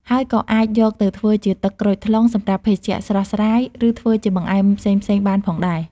ហើយក៏អាចយកទៅធ្វើជា ទឹកក្រូចថ្លុង សម្រាប់ភេសជ្ជៈស្រស់ស្រាយ ឬធ្វើជាបង្អែមផ្សេងៗបានផងដែរ។